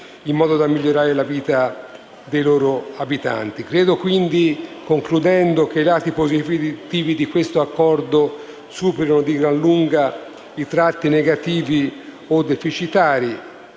in modo da migliorare la vita dei loro abitanti. Credo, in conclusione, che i lati positivi di questo Accordo superino di gran lunga i tratti negativi o deficitari.